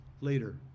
later